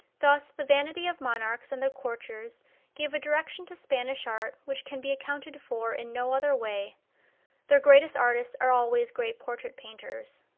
thus the vanity of monarchs and their courtiers gave a direction to spanish art which can be accounted for in no other way their greatest artists are always great portrait painters.